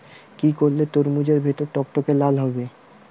কি করলে তরমুজ এর ভেতর টকটকে লাল হবে?